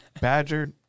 Badger